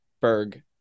Berg